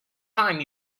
time